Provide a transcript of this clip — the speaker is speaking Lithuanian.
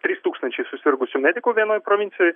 trys tūkstančiai susirgusių medikų vienoj provincijoj